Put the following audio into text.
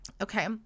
okay